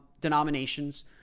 denominations